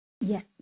Yes